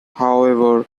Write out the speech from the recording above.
however